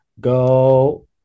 go